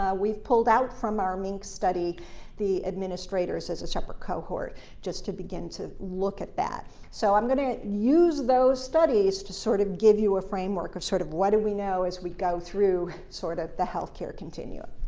ah we've pulled out from our minc study the administrators as a separate cohort just to begin to look at that. so i'm going to use those studies to sort of give you a framework or sort of what do we know as we go through, sort of, the healthcare continuum.